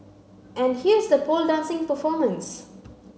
and here's the pole dancing performance